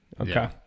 Okay